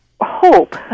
hope